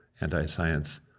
anti-science